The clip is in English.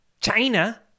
China